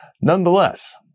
Nonetheless